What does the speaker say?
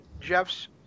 Jeff's